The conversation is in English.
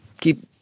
Keep